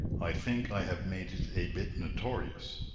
i think i have made it a bit notorious.